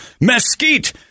mesquite